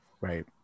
Right